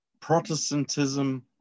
Protestantism